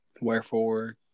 Wherefore